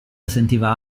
sentiva